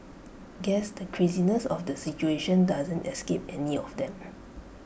guess the craziness of the situation doesn't escape any of them